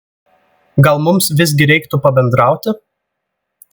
gal mums visgi reiktų pabendrauti